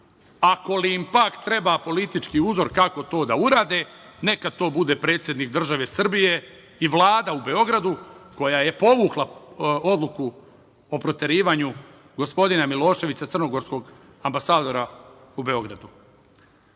Ako li im pak treba politički uzor kako to da urade, neka to bude predsednik države Srbije i Vlada u Beogradu, koja je povukla odluku o proterivanju gospodina Miloševića, crnogorskog ambasadora u Beogradu. Ja